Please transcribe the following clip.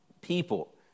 people